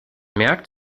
merkt